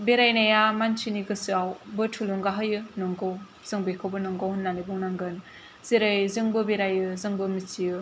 बेरायनाया मान्थिनि गोसोआवबो थुलुंगाहोयो नोंगौ जों बेखौबो नंगौ होननानै बुंनांगोन जेरै जोंबो बेरायो जोंबो मिन्थियो